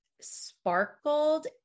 sparkled